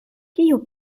kio